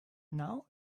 now